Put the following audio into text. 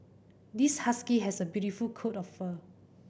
this husky has a beautiful coat of fur